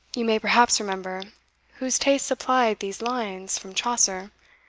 you may perhaps remember whose taste supplied these lines from chaucer,